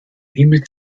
himmel